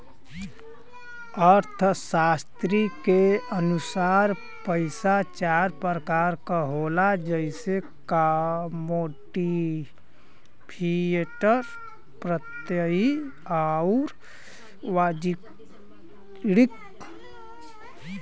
अर्थशास्त्री के अनुसार पइसा चार प्रकार क होला जइसे कमोडिटी, फिएट, प्रत्ययी आउर वाणिज्यिक